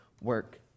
work